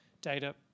data